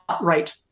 right